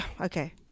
Okay